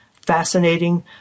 fascinating